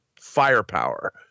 firepower